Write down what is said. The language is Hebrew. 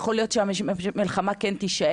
יכול להיות שהמלחמה כן תימשך,